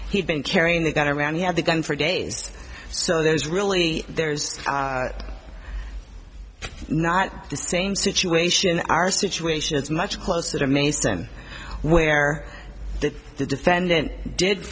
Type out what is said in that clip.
he'd been carrying the gun around he had the gun for days so there's really there's not the same situation our situation is much closer to a mason where did the defendant did